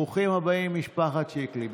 ברוכים הבאים, משפחת שיקלי.